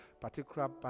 particular